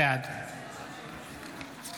בעד